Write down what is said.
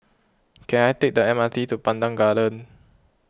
can I take the M R T to Pandan Gardens